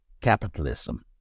capitalism